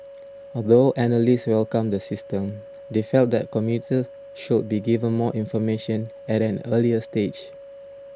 although analysts welcomed the system they felt that commuters should be given more information at an earlier stage